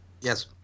Yes